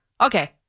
Okay